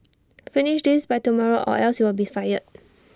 finish this by tomorrow or else you'll be fired